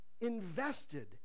invested